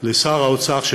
את שר האוצר,